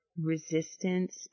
resistance